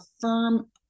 firm